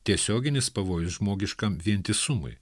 tiesioginis pavojus žmogiškam vientisumui